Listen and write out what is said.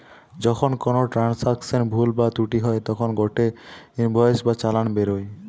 যখন কোনো ট্রান্সাকশনে ভুল বা ত্রুটি হই তখন গটে ইনভয়েস বা চালান বেরোয়